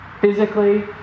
physically